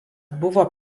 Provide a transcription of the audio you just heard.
buvo